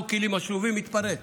חוק הכלים השלובים מתפרק.